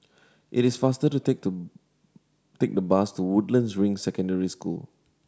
it is faster to take to take the bus to Woodlands Ring Secondary School